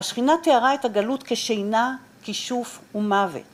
‫השכינה תיארה את הגלות ‫כשינה, כישוף ומוות.